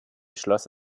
schloss